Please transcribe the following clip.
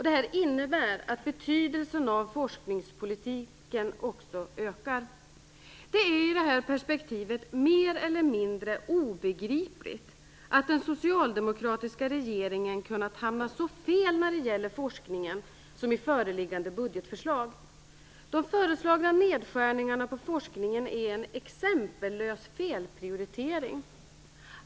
Det innebär att betydelsen av forskningspolitiken också ökar. Det är i detta perspektiv mer eller mindre obegripligt att den socialdemokratiska regeringen kunnat hamna så fel när det gäller forskningen som i föreliggande budgetförslag. De föreslagna nedskärningarna på forskningen är exempellös felprioritering.